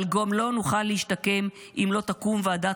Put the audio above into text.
אבל גם לא נוכל להשתקם אם לא תקום ועדת